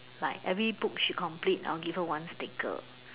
like every book she complete I will give her one sticker